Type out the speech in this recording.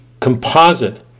composite